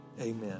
Amen